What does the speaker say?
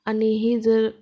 आनी ही जर